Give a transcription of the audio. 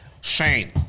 Shane